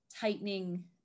tightening